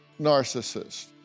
narcissist